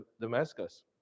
Damascus